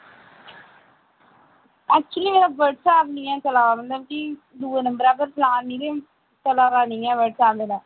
actually मेरा WhatsApp नेईं ऐ चला दा मतलब कि दुए नंबरै उप्पर चला'रनी ऐ ते चला दा नेईं ऐ वटसऐप मेरा